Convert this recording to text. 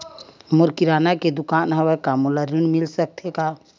मोर किराना के दुकान हवय का मोला ऋण मिल सकथे का?